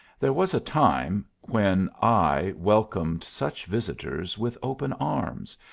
there was a time when i welcomed such visitors with open arms,